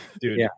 dude